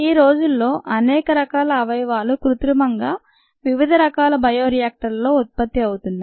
ఈ రోజుల్లో అనేక రకాల అవయవాలు కృత్రిమంగా వివిధ రకాల బయో రియాక్టర్లలో ఉత్పత్తి అవుతున్నాయి